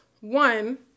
One